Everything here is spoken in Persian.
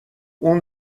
اون